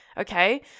Okay